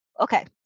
Okay